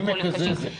היא מקזזת.